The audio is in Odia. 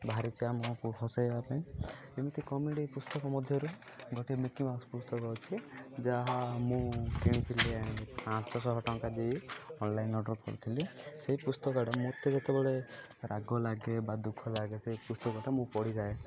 ବାହାରିଛି ଆମକୁ ହସାଇବା ପାଇଁ ଏମିତି କମେଡ଼ି ପୁସ୍ତକ ମଧ୍ୟରେ ଗୋଟିଏ ମିକି ମାଉସ୍ ପୁସ୍ତକ ଅଛି ଯାହା ମୁଁ କିଣିଥିଲି ପାଞ୍ଚଶହ ଟଙ୍କା ଦେଇ ଅନଲାଇନ୍ ଅର୍ଡ଼ର୍ କରିଥିଲି ସେଇ ପୁସ୍ତକଟା ମୋତେ ଯେତେବେଳେ ରାଗ ଲାଗେ ବା ଦୁଃଖ ଲାଗେ ସେଇ ପୁସ୍ତକଟା ମୁଁ ପଢ଼ିଥାଏ